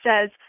says